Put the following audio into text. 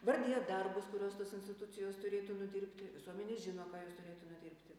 vardija darbus kuriuos tos institucijos turėtų nudirbti visuomenė žino ką jūs turėtumėt dirbti